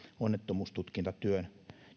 onnettomuustutkintatyöhön